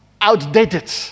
outdated